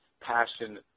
passion